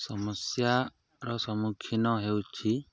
ସମସ୍ୟାର ସମ୍ମୁଖୀନ ହେଉଛି